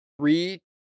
three